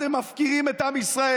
אתם מפקירים את עם ישראל.